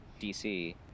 DC